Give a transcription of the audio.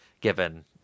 given